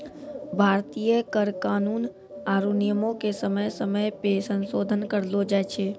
भारतीय कर कानून आरु नियमो के समय समय पे संसोधन करलो जाय छै